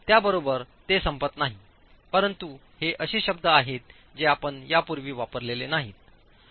त्या बरोबर ते संपत नाही परंतु हे असे शब्द आहेत जे आपण यापूर्वी वापरलेले नाहीत